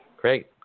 Great